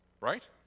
right